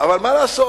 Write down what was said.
אבל מה לעשות.